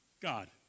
God